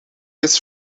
his